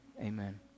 Amen